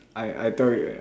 I I tell you ah